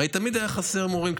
הרי תמיד היו חסרים מורים,